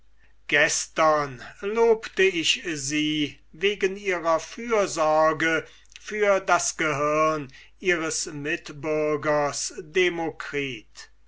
gestern lobte ich sie wegen ihrer fürsorge für das gehirn ihres mitbürgers demokritus